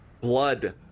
Blood